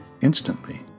instantly